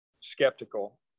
skeptical